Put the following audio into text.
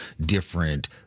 different